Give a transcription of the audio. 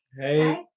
Hey